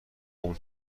اون